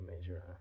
Major